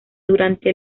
durante